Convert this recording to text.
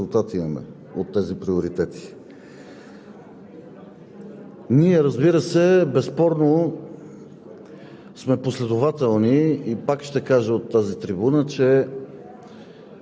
чухме, че се отчита какви приоритети имаме в областта на младежите. Колкото и да имаме приоритети обаче, трябва да видим какви резултати има от тези приоритети.